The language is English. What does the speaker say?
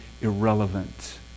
irrelevant